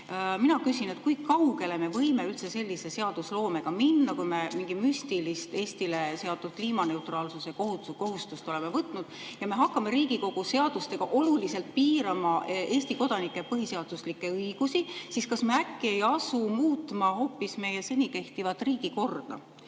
Mina küsin: kui kaugele me võime üldse sellise seadusloomega minna? Kui me mingi müstilise Eestile seatud kliimaneutraalsuse kohustuse oleme võtnud ja me hakkame Riigikogu seadustega oluliselt piirama Eesti kodanike põhiseaduslikke õigusi, siis kas me äkki ei asu muutma hoopis meie seni kehtivat riigikorda?